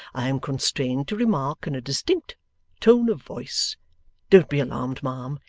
i am constrained to remark in a distinct tone of voice don't be alarmed, ma'am,